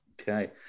Okay